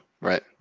Right